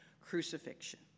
crucifixion